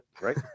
Right